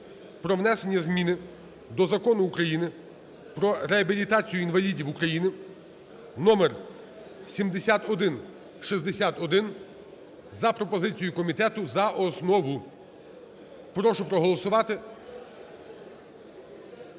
про внесення зміни до Закону України "Про реабілітацію інвалідів України" (номер 7161) за пропозицією комітету за основу. Прошу проголосувати.